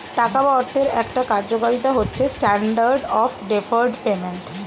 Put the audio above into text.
টাকা বা অর্থের একটা কার্যকারিতা হচ্ছে স্ট্যান্ডার্ড অফ ডেফার্ড পেমেন্ট